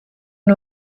nhw